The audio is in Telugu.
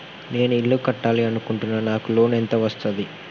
నేను ఇల్లు కట్టాలి అనుకుంటున్నా? నాకు లోన్ ఎంత వస్తది?